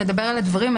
נדבר על הדברים.